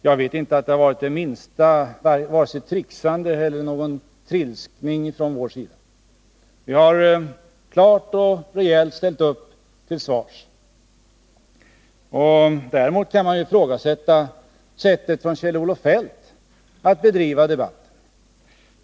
Jag vet inte att det har varit något trixande eller trilskande från vår sida. Vi har klart och rejält ställt upp för att svara på frågor. Däremot kan man ifrågasätta Kjell-Olof Feldts sätt att bedriva debatten.